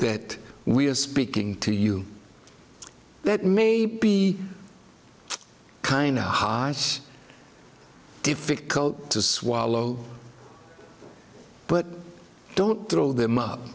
that we are speaking to you that may be kind hearts difficult to swallow but don't throw them up